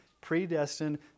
predestined